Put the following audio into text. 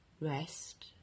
rest